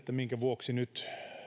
minkä vuoksi nyt